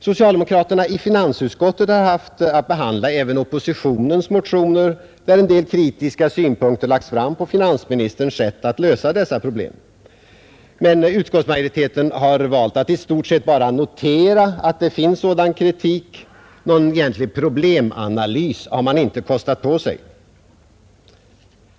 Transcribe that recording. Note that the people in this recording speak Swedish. Socialdemokraterna i finansutskottet har haft att behandla även oppositionens motioner, där det framförts en del kritiska synpunkter på finansministerns sätt att lösa dessa problem. Utskottsmajoriteten har dock i stort sett valt att bara notera att det förekommer sådan kritik; någon egentlig problemanalys har man inte kostat på sig.